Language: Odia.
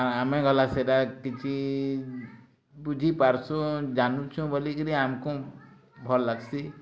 ଆମେ ଗଲା ସେଟା କିଛି ବୁଝିପାରୁସୁଁ ଜାନୁଛୁଁ ବୋଲିକରି ଆମ୍କୁ ଭଲ ଲାଗ୍ସି